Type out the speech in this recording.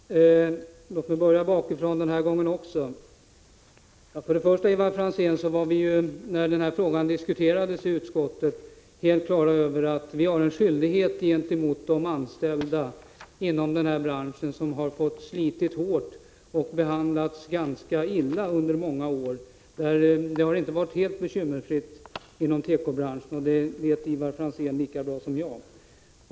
Herr talman! Låt mig börja bakifrån den här gången också. När den här frågan diskuterades i utskottet var vi, Ivar Franzén, helt på det klara med att vi har en skyldighet gentemot de anställda inom denna bransch. De har fått slita hårt och har behandlats ganska illa under många år. Det har inte varit helt bekymmersfritt inom tekobranschen. Det vet Ivar Franzén lika bra som jag.